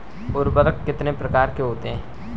उर्वरक कितने प्रकार के होते हैं?